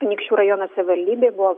anykščių rajono savivaldybėje buvo